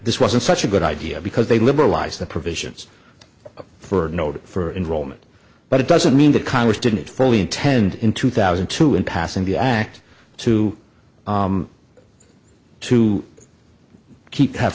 this wasn't such a good idea because they liberalize the provisions for notice for enroll in it but it doesn't mean that congress didn't fully intend in two thousand to in passing the act two to keep have